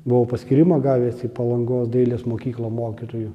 buvau paskyrimą gavęs į palangos dailės mokyklą mokytoju